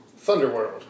Thunderworld